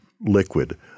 liquid